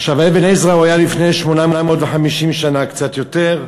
אבן עזרא היה לפני 850 שנה, קצת יותר.